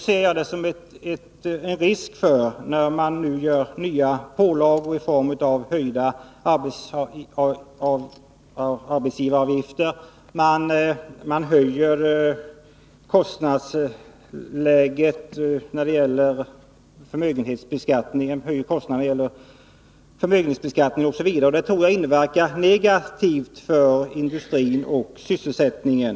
Men jag ser en risk för detta, när man nu gör nya pålagor i form av höjda arbetsgivaravgifter, när man höjer kostnadsläget genom förmögenhetsbeskattning osv. Det tror jag inverkar negativt för industrin och sysselsättningen.